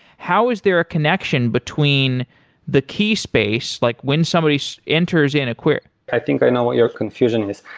how is there is a connection between the key space, like when somebody so enters in a query? i think i know what your confusion is.